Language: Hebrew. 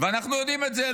ואנחנו יודעים את זה,